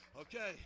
Okay